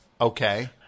Okay